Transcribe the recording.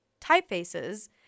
typefaces